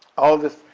all this,